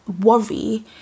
worry